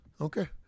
Okay